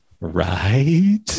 right